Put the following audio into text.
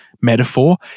metaphor